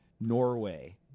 Norway